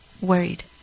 worried